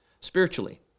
spiritually